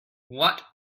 what